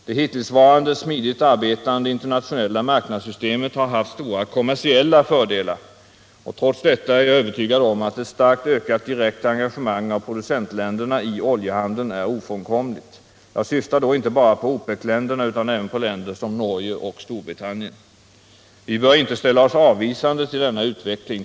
Det hittillsvarande, smidigt arbetande internationella marknadssystemet har haft stora kommersiella fördelar. Trots detta är jag övertygad om att ett starkt ökat direkt engagemang av producentländerna i oljehandeln är ofrånkomligt. Jag syftar då inte bara på OPEC-länderna utan även på länder som Norge och Storbritannien. Vi bör inte ställa oss avvisande till denna utveckling.